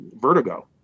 vertigo